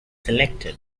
selected